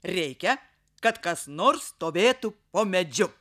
reikia kad kas nors stovėtų po medžiu